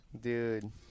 Dude